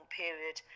period